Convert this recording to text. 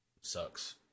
sucks